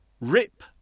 rip